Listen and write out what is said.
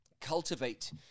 cultivate